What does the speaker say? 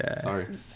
sorry